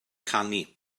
canu